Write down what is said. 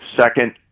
Second